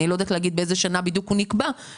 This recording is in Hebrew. אני לא יודעת באיזו שנה נקבע הקו הזה,